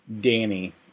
Danny